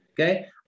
Okay